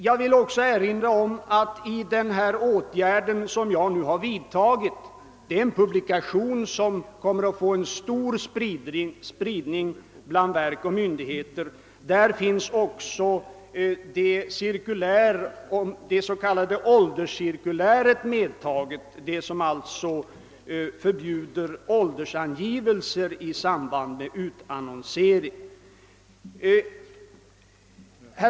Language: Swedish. Jag vill också erinra om min i svaret nämnda åtgärd att låta utge en publikation, som kommer att få stor spridning bland verk och myndigheter. Denna publikation innehåller också det s.k. ålderscirkuläret, i vilket åldersangivelser i samband med utannonsering av platser förbjuds.